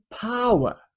power